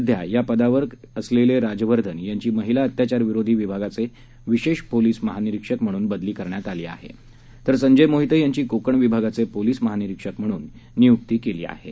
सध्या या पदावर असलेले राजवर्धन यांची महिला अत्याचारविरोधी विभागाचे विशेष पोलीस महानिरीक्षक म्हणून बदली करण्यात आली आहे तर संजय मोहीते यांची कोकण विभागाचे पोलीस महानिरीक्षक म्हणून नियुक्ती करण्यात आली आहे